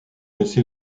laissé